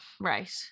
right